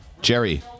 Jerry